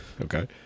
okay